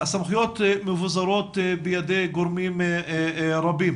מבוזרות בידי גורמים רבים